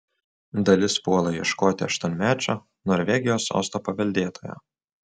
dalis puola ieškoti aštuonmečio norvegijos sosto paveldėtojo